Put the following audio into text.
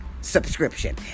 subscription